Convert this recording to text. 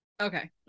Okay